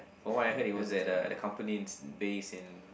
from what I heard it was at uh the company's base in